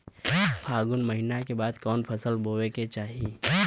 फागुन महीना के बाद कवन फसल बोए के चाही?